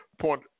Point